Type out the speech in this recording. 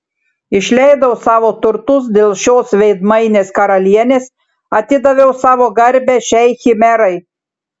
išleidau savo turtus dėl šios veidmainės karalienės atidaviau savo garbę šiai chimerai